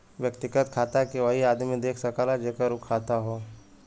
व्यक्तिगत खाता के वही आदमी देख सकला जेकर उ खाता हौ